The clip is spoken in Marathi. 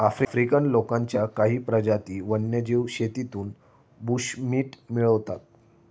आफ्रिकन लोकांच्या काही प्रजाती वन्यजीव शेतीतून बुशमीट मिळवतात